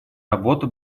работа